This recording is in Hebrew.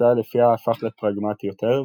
תפיסה לפיה הפך לפרגמטי יותר,